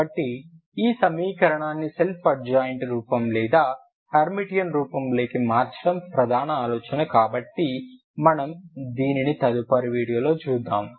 కాబట్టి ఈ సమీకరణాన్ని సెల్ఫ్ అడ్జాయింట్ రూపం లేదా హెర్మిటియన్ రూపంలోకి మార్చడం ప్రధాన ఆలోచన కాబట్టి మనము దీనిని తదుపరి వీడియోలో చూద్దాం